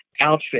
outfit